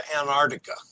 antarctica